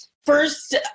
First